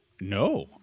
No